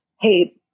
Hey